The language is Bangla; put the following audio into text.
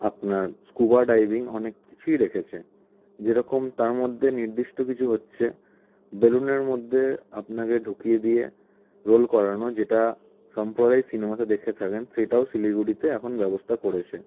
আপনার স্কুভা ডাইভিং অনেক কিছুই রেখেছে যেরকম তার মধ্যে নির্দিষ্ট কিছু হচ্ছে বেলুনের মধ্যে আপনাকে ঢুকিয়ে দিয়ে রোল করানো যেটা সম্পর্কেই সিনেমাতে দেখে থাকেন সেইটাও শিলিগুড়িতে এখন ব্যবস্থা করেছে